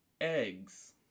eggs